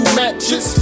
matches